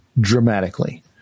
dramatically